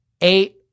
eight